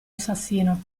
assassino